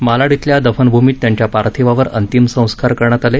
मालाड इथल्या दफनभूमीत त्यांच्या पार्थिवावर अंतिम संस्कार करण्यात आले